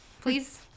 please